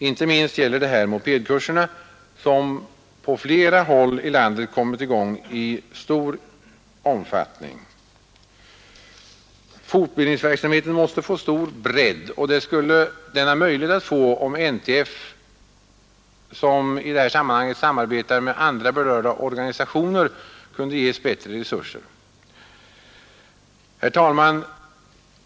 Inte minst gäller detta mopedkurserna, som på flera håll i landet kommit i gång i stor omfattning. Fortbildningsverksamheten måste få stor bredd, och det skulle den ha möjlighet att få om NTF, som i detta sammanhang arbetar tillsammans med andra berörda organisationer, kunde ges bättre resurser. Herr talman!